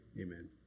amen